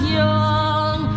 young